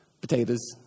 Potatoes